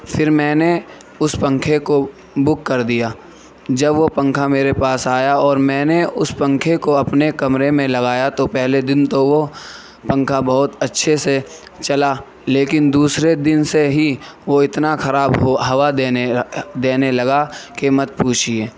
پھر میں نے اس پنکھے کو بک کر دیا جب وہ پنکھا میرے پاس آیا اور میں نے اس پنکھے کو اپنے کمرے میں لگایا تو پہلے دن تو وہ پنکھا بہت اچھے سے چلا لیکن دوسرے دن سے ہی وہ اتنا خراب ہوا دینے دینے لگا کہ مت پوچھیے